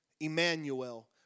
Emmanuel